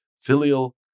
Filial